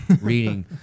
reading